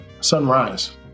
sunrise